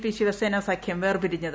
P Shiv Sena സഖ്യം വേർപിരിഞ്ഞത്